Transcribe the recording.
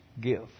give